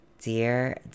dear